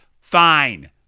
fine